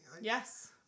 Yes